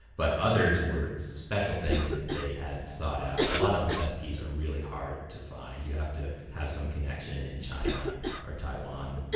but others were special things that they had sought out. a lot of the best teas are hard to find, you have to have some connection in china or taiwan.